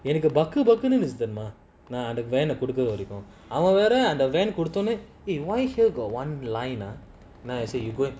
illegal இருந்துச்சுதெரியுமா:irunthuchu theriuma the van புடிக்குறவரைக்கும்:padikuravaraikum I would rather கொடுத்தஉடனே:kodutha udane eh why here got one line ah nah I say you go and